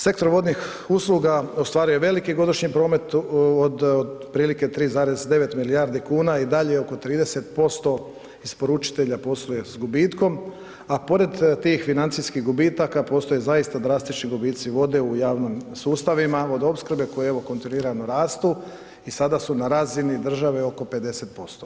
Sektor vodnih usluga u stvari je veliki godišnji promet od otprilike 3,9 milijardi kuna i dalje oko 30% isporučitelja posluje s gubitkom, a pored tih financijskih gubitaka postoje zaista drastični gubici vode u javnim sustavima vodoopskrbe koji evo kontinuirano rastu i sada su na razini države oko 50%